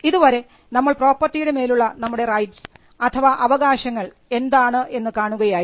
ഇതുവരെ നമ്മൾ പ്രോപ്പർട്ടിയുടെ മേലുള്ള നമ്മുടെ റൈറ്റ്സ് അഥവാ അവകാങ്ങൾ എന്താണ് എന്ന് കാണുകയായിരുന്നു